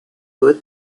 woot